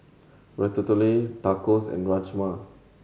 Ratatouille Tacos and Rajma